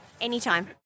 Anytime